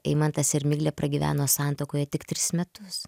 eimantas ir miglė pragyveno santuokoje tik tris metus